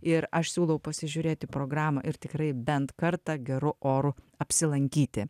ir aš siūlau pasižiūrėti programą ir tikrai bent kartą geru oru apsilankyti